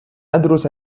أدرس